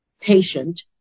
patient